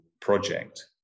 project